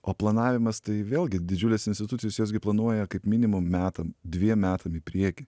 o planavimas tai vėlgi didžiulės institucijos jos gi planuoja kaip minimum metam dviem metam į priekį